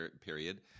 period